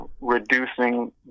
reducing